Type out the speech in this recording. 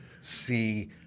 see